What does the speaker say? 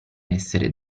essere